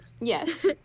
Yes